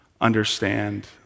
understand